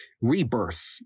rebirth